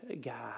God